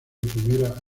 primera